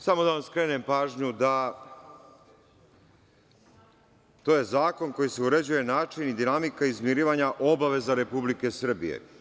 Samo da vam skrenem pažnju da je to zakon kojim se uređuje način i dinamika izmirivanja obaveza Republike Srbije.